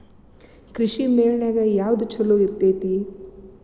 ಕೃಷಿಮೇಳ ನ್ಯಾಗ ಯಾವ್ದ ಛಲೋ ಇರ್ತೆತಿ?